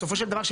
בסופו של דבר,